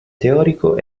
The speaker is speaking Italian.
teorico